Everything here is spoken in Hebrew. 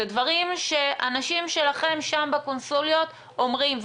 אלה דברים שאנשים שלכם כאן בקונסוליות אומרים,